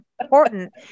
important